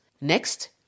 Next